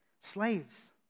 slaves